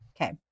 Okay